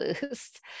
boost